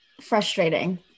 frustrating